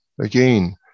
Again